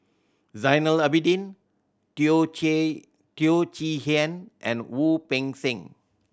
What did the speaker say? Zainal Abidin Teo Teo Chee Hean and Wu Peng Seng